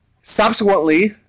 Subsequently